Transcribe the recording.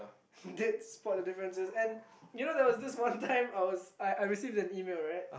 did spot the differences and you know there was one time I was I I received an email right